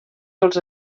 dels